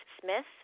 Smith